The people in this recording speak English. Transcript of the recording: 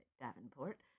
Davenport